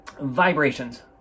vibrations